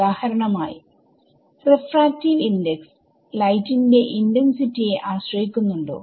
ഉദാഹരണമായി refractive index light ന്റെ ഇന്റന്സിറ്റിയെ ആശ്രയിക്കുന്നുണ്ടോ